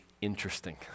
interesting